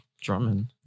Drummond